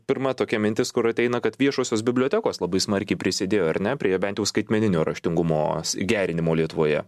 pirma tokia mintis kur ateina kad viešosios bibliotekos labai smarkiai prisidėjo ar ne prie bent skaitmeninio raštingumo gerinimo lietuvoje